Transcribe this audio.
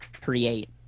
Create